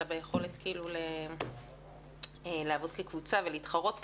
אלא ביכולת לעבוד ולהתחרות כקבוצה.